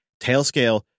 Tailscale